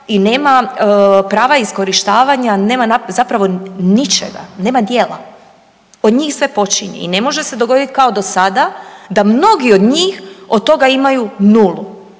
i nema prava iskorištavanja, nema zapravo ničega, nema djela. Od njih sve počinje i ne može se dogoditi kao do sada da mnogi od njih od toga imaju nulu